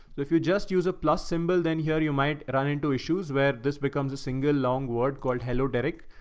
if you just use a plus symbol, then here, you might run into issues where this becomes a single long word called hello, derek.